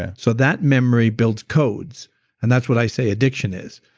yeah so that memory builds codes and that's what i say addiction is.